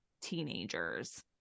teenagers